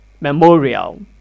memorial